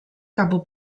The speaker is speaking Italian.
capo